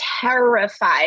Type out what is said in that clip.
terrified